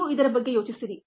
ನೀವು ಇದರ ಬಗ್ಗೆ ಯೋಚಿಸಿರಿ